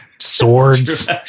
swords